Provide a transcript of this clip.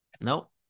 nope